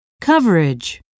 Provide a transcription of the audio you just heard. coverage